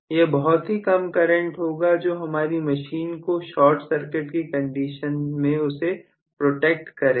यह बहुत ही कम करंट होगा जो हमारी मशीन को शार्ट सर्किट की कंडीशन में उसे प्रोटेक्ट करेगा